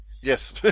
Yes